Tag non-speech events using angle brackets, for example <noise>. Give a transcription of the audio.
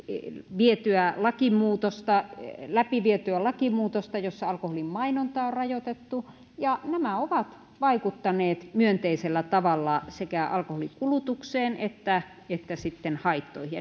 läpivietyä lakimuutosta läpivietyä lakimuutosta joissa alkoholin mainontaa on rajoitettu ja nämä ovat vaikuttaneet myönteisellä tavalla sekä alkoholin kulutukseen että että sitten haittoihin <unintelligible>